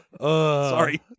Sorry